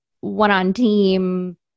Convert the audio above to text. one-on-team